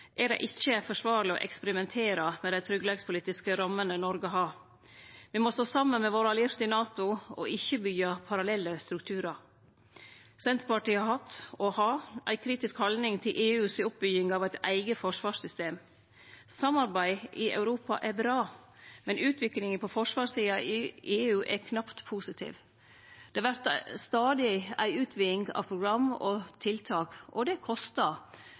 er det ikkje forsvarleg å eksperimentere med dei sikkerheitspolitiske rammene Noreg har. Me må stå saman med våre allierte i NATO og ikkje byggje parallelle strukturar. Senterpartiet har hatt og har ei kritisk haldning til EUs oppbygging av eit eige forsvarssystem. Samarbeid i Europa er bra, men utviklinga på forsvarssida i EU er knapt positiv. Det vert stadig ei utviding av program og tiltak, og det kostar.